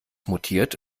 mutiert